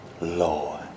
Lord